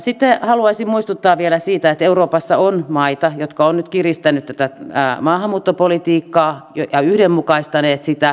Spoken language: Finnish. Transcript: sitten haluaisin muistuttaa vielä siitä että euroopassa on maita jotka ovat nyt kiristäneet tätä maahanmuuttopolitiikkaa ja yhdenmukaistaneet sitä